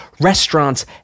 restaurants